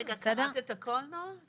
היא קראה את כל הסעיף.